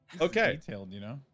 Okay